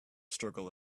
struggle